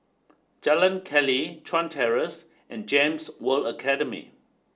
Jalan Keli Chuan Terrace and GEMS World Academy